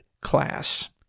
class